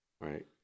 right